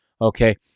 okay